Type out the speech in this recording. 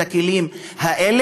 את הכלים האלה,